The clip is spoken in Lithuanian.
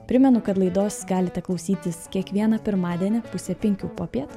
primenu kad laidos galite klausytis kiekvieną pirmadienį pusė penkių popiet